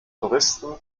touristen